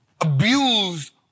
abused